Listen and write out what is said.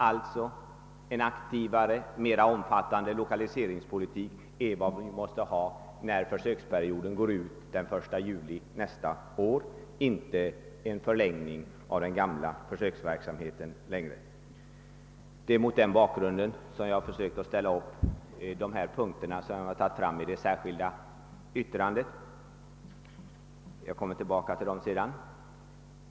En mera aktiv, mera omfattande lokaliseringspolitik är alltså vad vi måste ha när försöksperioden går ut den 1 juli nästa år, inte en förlängning av den gamla försöksverksamheten. Det är mot den bakgrunden som jag har ställt upp punkterna i det särskilda yttrande som jag har fogat till utskottets utlåtande — jag kommer tillbaka till dem senare.